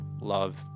love